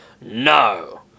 No